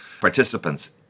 participants